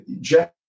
Jeff